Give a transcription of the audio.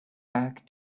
back